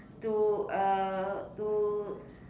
to uh to